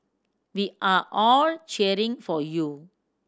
we are all cheering for you